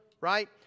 right